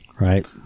Right